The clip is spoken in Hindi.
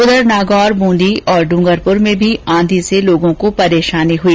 उधर नागौर ब्रंदी और ड्रंगरपुर में भी आंधी से लोगों को परेशानी हुई